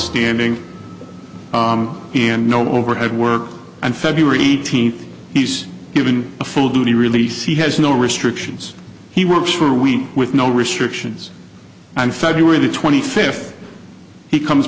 standing and no overhead work and feb eighteenth he's given a full duty release he has no restrictions he works for a week with no restrictions on february the twenty fifth he comes